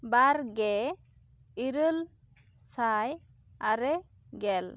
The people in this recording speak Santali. ᱵᱟᱨᱜᱮ ᱤᱨᱟᱹᱞ ᱥᱟᱭ ᱟᱨᱮ ᱜᱮᱞ